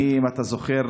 אם אתה זוכר,